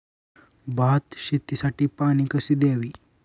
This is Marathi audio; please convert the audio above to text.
भात शेतीसाठी पाणी कसे द्यावे?